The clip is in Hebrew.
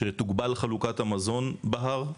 שתוגבל חלוקת המזון בהר,